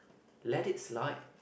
let it slide